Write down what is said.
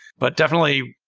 but, definitely,